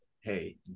Hey